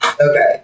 okay